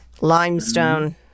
limestone